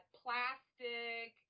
plastic